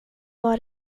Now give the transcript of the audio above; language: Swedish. var